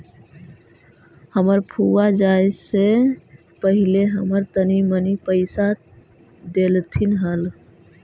हमर फुआ जाए से पहिले हमरा तनी मनी पइसा डेलथीन हल